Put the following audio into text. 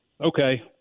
okay